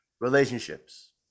relationships